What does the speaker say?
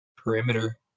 Perimeter